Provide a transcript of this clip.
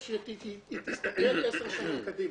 ושהיא תסתכל עשר שנים קדימה.